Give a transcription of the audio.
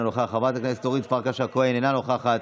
אינו נוכח,